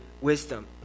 wisdom